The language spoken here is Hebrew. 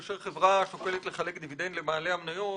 כאשר חברה שוקלת לחלק דיבידנד לבעלי המניות,